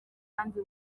kandi